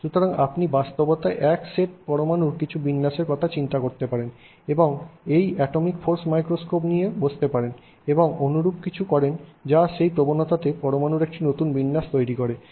সুতরাং আপনি বাস্তবতা এক সেট পরমাণুর কিছু বিন্যাসের কথা চিন্তা করতে পারেন এবং এই এটমিক ফোর্স মাইক্রোস্কোপ নিয়ে বসতে পারেন এবং খুব অনুরূপ কিছু করেন যা সেই প্রবণতাতে পরমাণুর একটি নতুন বিন্যাস তৈরি করে